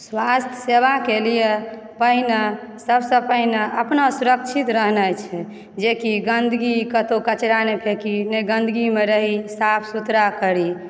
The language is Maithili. स्वास्थ्य सेवाके लिए पहिने सभसँ पहिने अपना सुरक्षित रहनाइ छै जेकि गन्दगी कतहुँ कचरा नहि फेकी नहि गन्दगीमे रही साफ सुथड़ा करी